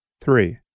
Three